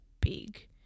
big